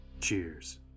Cheers